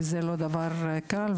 וזה לא דבר קל.